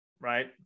right